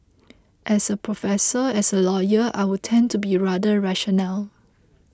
as a professor as a lawyer I would tend to be rather rational